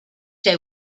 they